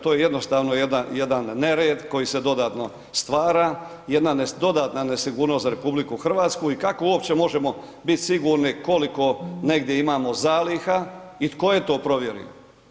To je jednostavno jedan nered koji se dodatno stvara, jedna dodatna nesigurnost za RH i kako uopće možemo biti sigurni koliko negdje imamo zaliha i tko je to provjerio?